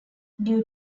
due